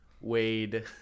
Wade